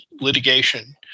litigation